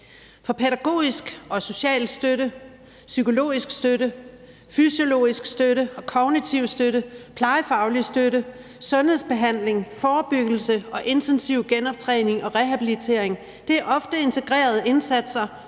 for pædagogisk og social støtte, psykologisk støtte, fysiologisk støtte, kognitiv støtte, plejefaglig støtte, sundhedsbehandling, forebyggelse og intensiv genoptræning og rehabilitering er ofte integrerede indsatser,